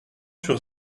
sur